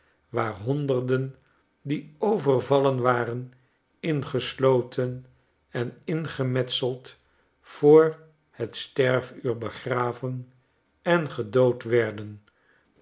waar honderden die overvallen waren ingesloten en ingemetseld voor het sterfuur begraven en gedood werden